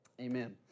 Amen